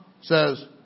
says